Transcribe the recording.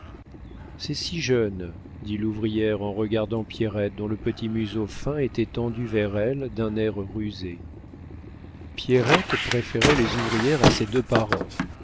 c'est si jeune dit l'ouvrière en regardant pierrette dont le petit museau fin était tendu vers elle d'un air rusé pierrette préférait les ouvrières à ses deux parents